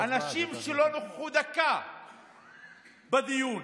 נו, הייתה הצבעה, אז, אנשים שלא נכחו דקה בדיון